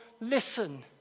listen